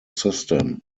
system